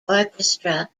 orchestra